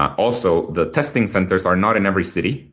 also, the testing centers are not in every city.